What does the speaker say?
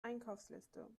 einkaufsliste